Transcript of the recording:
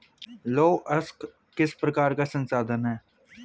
लौह अयस्क किस प्रकार का संसाधन है?